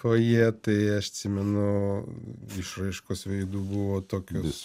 fojė tai aš atsimenu išraiškos veidų buvo tokios